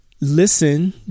listen